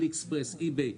עלי אקספרס, אי-ביי.